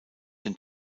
den